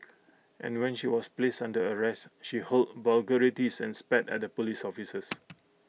and when she was placed under arrest she hurled vulgarities and spat at the Police officers